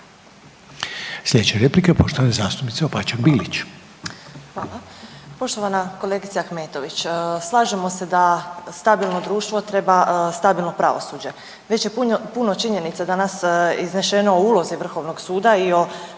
Sljedeća replika je poštovane zastupnice Opačak-Bilić.